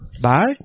Bye